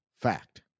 fact